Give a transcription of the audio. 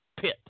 Pit